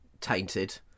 tainted